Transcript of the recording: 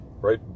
right